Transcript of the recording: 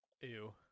Ew